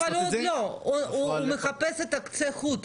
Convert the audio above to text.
אבל הוא עוד לא, הוא מחפש את קצה החוט.